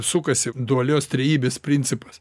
sukasi dualios trejybės principas